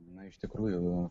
na iš tikrųjų